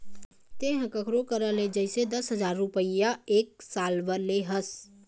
तेंहा कखरो करा ले जइसे दस हजार रुपइया एक साल बर ले हस